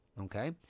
okay